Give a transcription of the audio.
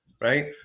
Right